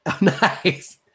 Nice